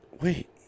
Wait